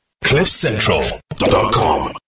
cliffcentral.com